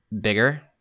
bigger